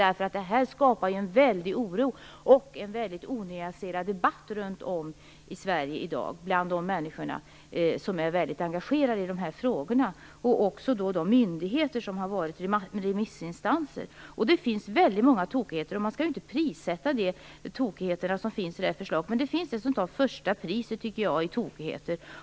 Det här skapar ju en väldig oro och en onyanserad debatt runt om i Sverige i dag bland de människor som är engagerade i dessa frågor och också hos de myndigheter som har varit remissinstanser. Det finns många tokigheter i förslaget. Man skall inte prissätta dem, men jag tycker att det finns ett som tar första pris när det gäller tokigheter.